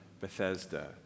Bethesda